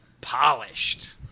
Polished